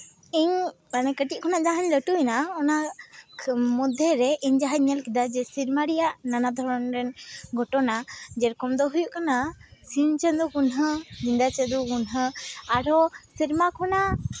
ᱤᱧ ᱠᱟᱹᱴᱤᱡ ᱠᱷᱚᱱᱟᱜ ᱡᱟᱦᱟᱸᱧ ᱞᱟᱹᱴᱩᱭᱮᱱᱟ ᱚᱱᱟ ᱢᱚᱫᱽᱫᱷᱮ ᱨᱮ ᱤᱧ ᱡᱟᱦᱟᱸᱧ ᱧᱮᱞ ᱠᱮᱫᱟ ᱥᱮᱨᱢᱟ ᱨᱮᱭᱟᱜ ᱱᱟᱱᱟ ᱫᱷᱚᱨᱚᱱ ᱨᱮᱱ ᱜᱷᱚᱴᱚᱱᱟ ᱡᱮᱨᱚᱠᱚᱢ ᱫᱚ ᱦᱩᱭᱩᱜ ᱠᱟᱱᱟ ᱥᱤᱧ ᱪᱟᱸᱫᱚ ᱧᱤᱫᱟᱹ ᱪᱟᱸᱫᱚ ᱜᱩᱱᱦᱟᱹ ᱟᱨᱦᱚᱸ ᱥᱮᱨᱢᱟ ᱠᱷᱚᱱᱟᱜ